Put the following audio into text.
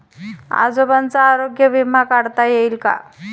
आजोबांचा आरोग्य विमा काढता येईल का?